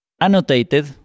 annotated